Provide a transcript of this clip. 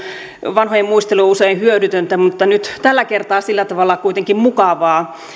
vanhojen muistelu on usein hyödytöntä mutta tällä kertaa sillä tavalla kuitenkin mukavaa